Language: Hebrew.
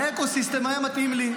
האקו סיסטם היה מתאים לי.